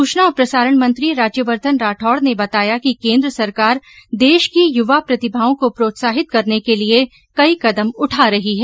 सूचना और प्रसारण मंत्री राज्यवर्धन राठौड़ ने बताया कि केंद्र सरकार देश की युवा प्रतिभाओं को प्रोत्साहित करने के लिए कई कदम उठा रही है